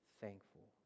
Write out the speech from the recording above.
thankful